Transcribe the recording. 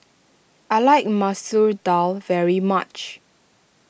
I like Masoor Dal very much